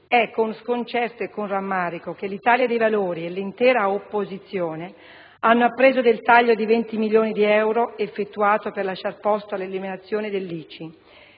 è con sconcerto e rammarico che l'Italia dei Valori e l'intera opposizione hanno appreso del taglio di 20 milioni di euro effettuato per lasciar posto all'eliminazione dell'ICI.